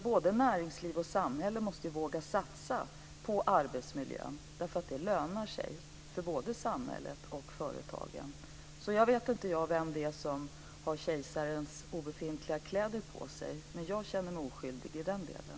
Både näringsliv och samhälle måste våga satsa på arbetsmiljön, därför att det lönar sig för både samhället och företagen. Sedan vet inte jag vem det är som har kejsarens obefintliga kläder på sig, men jag känner mig oskyldig i den delen.